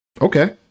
Okay